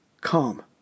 calm